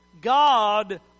God